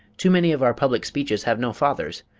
too many of our public speeches have no fathers.